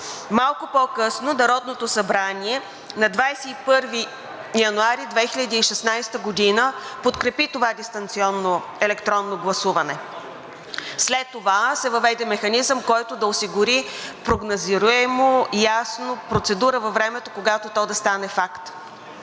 Малко по-късно, на 21 януари 2016 г., Народното събрание подкрепи това дистанционно електронно гласуване. След това се въведе механизъм, който да осигури прогнозируема, ясна процедура във времето, когато то да стане факт.